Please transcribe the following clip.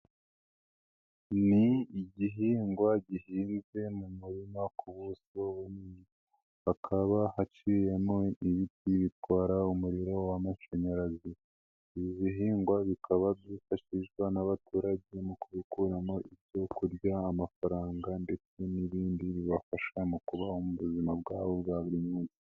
Ni igihingwa gihinzwe mu murima ku buso bunini, hakaba haciyemo ibiti bitwara umuriro w'amashanyarazi, ibi bihingwa bikaba byifashishwa n'abaturage mu kubikuramo ibyo kurya, amafaranga ndetse n'ibindi bibafasha mu kubaho mu buzima bwabo bwa buri munsi.